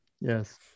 Yes